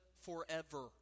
forever